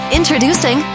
Introducing